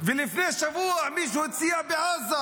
ולפני שבוע מישהו הציע בעזה.